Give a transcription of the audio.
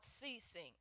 ceasing